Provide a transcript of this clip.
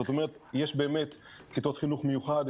יש באמת כיתות חינוך מיוחד,